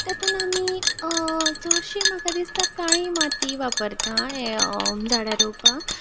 तेतून आमी चडशें म्हाका दिसता काळी माती वापरता हें झाडां रोवपाक